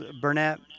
Burnett